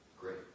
great